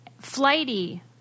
flighty